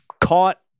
caught